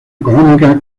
económica